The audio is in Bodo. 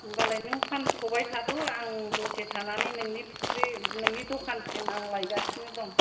होमबालाय नों फानथबाय थाथ' आं दसे थानानै नोंनि फुक्रि नोंनि दखानसिम आं लायगासिनो दं